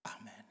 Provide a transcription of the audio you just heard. Amen